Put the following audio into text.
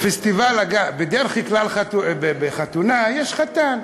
בדרך כלל בחתונה יש חתן.